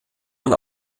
man